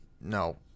No